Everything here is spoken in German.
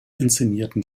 inszenierten